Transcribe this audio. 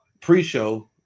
pre-show